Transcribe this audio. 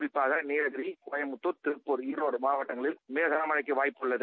குறிப்பாக நீலகிரி கோயம்புத்தூர் திருப்பூர் ஈரோடு மாவட்டங்களில் லேசான மலழக்கு வாய்ப்பு உள்ளது